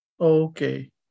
Okay